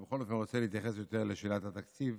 אני בכל אופן רוצה להתייחס יותר לשאלת התקציב